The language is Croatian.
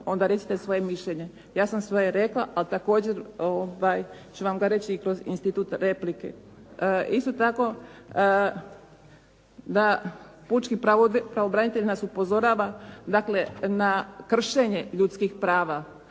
onda recite svoje mišljenje. Ja sam svoje rekla, ali također ću vam ga reći i kroz institut replike. Isto tako da Pučki pravobranitelj nas upozorava, dakle na kršenje ljudskih prava.